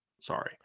Sorry